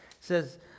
says